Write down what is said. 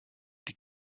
die